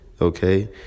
Okay